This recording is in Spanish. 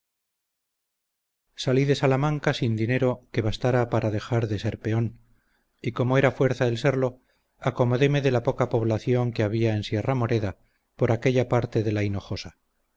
salí de salamanca sin dinero que bastara para dejar de ser peón y como era fuerza el serlo acordándome de la poca población que había en sierra moreda por aquella parte de la hinojosa